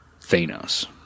thanos